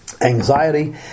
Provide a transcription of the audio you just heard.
Anxiety